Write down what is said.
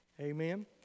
Amen